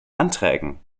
anträgen